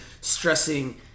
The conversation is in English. stressing